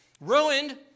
ruined